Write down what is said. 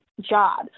job